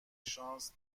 شانس